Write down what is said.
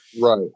Right